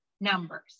numbers